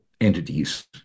entities